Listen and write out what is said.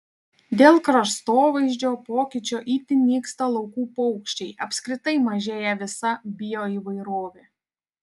dėl kraštovaizdžio pokyčio itin nyksta laukų paukščiai apskritai mažėja visa bioįvairovė